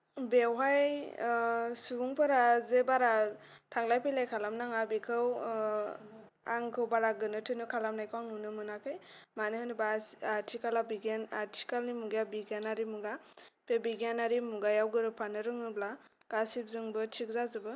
बेयावहाय सुबुंफोरा जे बारा थांलाय फैलाय खालामनाङा बेखौ आंखौ बारा गोनो थोनो खालामनायखौ आं नुनो मोनाखै मानो होनोब्ला आथिखालाव बिगियान आथिखालनि मुगाया बिगियानारि मुगा बे बिगियानारि मुगायाव गोरोबफानो रोङोब्ला गासैबजोंबो थिग जाजोबो